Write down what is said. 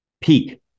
Peak